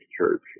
Church